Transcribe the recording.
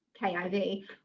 KIV